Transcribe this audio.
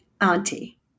auntie